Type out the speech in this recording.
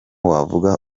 wavuga